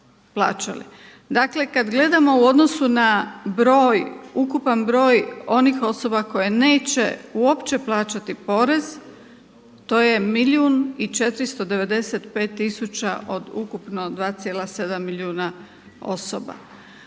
Dakle kada gledamo u odnosu na broj ukupan broj onih osoba koje neće uopće plaćati porez, to je milijun i 495 tisuća od ukupno 2,7 milijuna osoba.